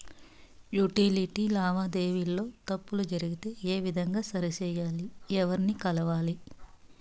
Utility లావాదేవీల లో తప్పులు జరిగితే ఏ విధంగా సరిచెయ్యాలి? ఎవర్ని కలవాలి?